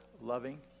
loving